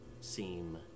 seem